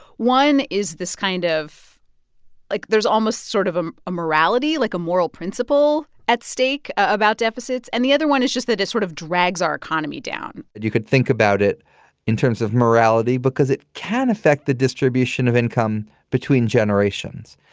one is this kind of like, there's almost sort of ah a morality, like a moral principle at stake about deficits. and the other one is just that it sort of drags our economy down you could think about it in terms of morality because it can affect the distribution of income between generations.